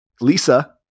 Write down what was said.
Lisa